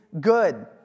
good